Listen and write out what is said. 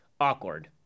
Awkward